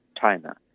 China